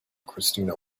christina